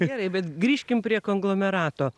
gerai bet grįžkim prie konglomerato